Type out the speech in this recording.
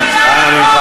גילאון.